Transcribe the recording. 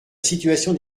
situation